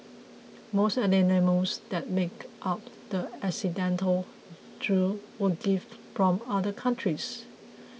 most of the animals that made up the accidental zoo were gifts from other countries